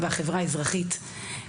והחברה האזרחית.